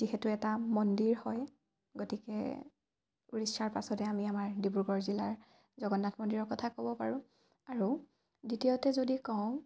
যিহেতু এটা মন্দিৰ হয় গতিকে উৰিষ্যাৰ পাছতে আমি আমাৰ ডিব্ৰুগড় জিলাৰ জগন্নাথ মন্দিৰৰ কথা ক'ব পাৰোঁ আৰু দ্বিতীয়তে যদি কওঁ